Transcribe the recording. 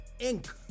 Inc